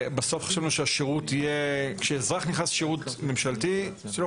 בסוף חשוב לנו שכשאזרח נכנס לשירות ממשלתי תהיה לו